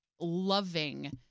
loving